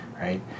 Right